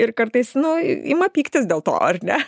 ir kartais nu ima pyktis dėl to ar ne